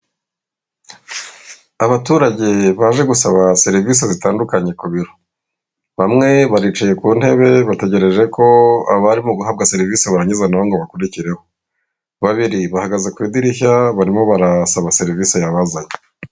Abaturage baje gusaba serivisi zitandukanye ku biro. Bamwe baricaye ku ntebe bategereje ko abarimo guhabwa serivisi barangiza nabo ngo bakurikireho. Babiri bahagaze ku idirishya barimo barasaba serivisi yabazanye.